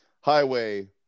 highway